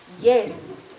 yes